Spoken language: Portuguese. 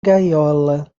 gaiola